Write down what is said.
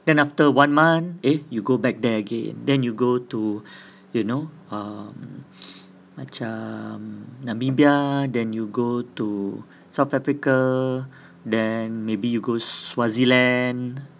then after one month eh you go back there again then you go to you know um macam namibia then you go to south africa then maybe you go switzerland